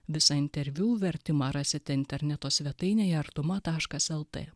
visą interviu vertimą rasite interneto svetainėje artuma taškas lt